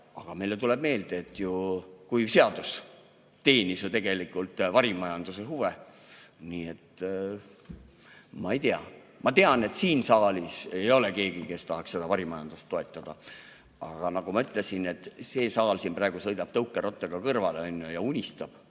Aga meile tuleb meelde, et kuiv seadus teenis ju tegelikult varimajanduse huve. Nii et, ma ei tea. Ma tean, et siin saalis ei ole kedagi, kes tahaks seda varimajandust toetada. Aga nagu ma ütlesin, siis see saal siin praegu sõidab tõukerattaga kõrval ja unistab